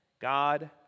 God